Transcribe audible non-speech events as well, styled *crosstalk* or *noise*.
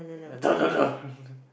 and *noise*